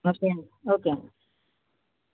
okay అండి okay అండి